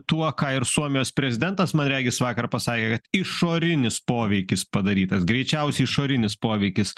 tuo ką ir suomijos prezidentas man regis vakar pasakė kad išorinis poveikis padarytas greičiausiai išorinis poveikis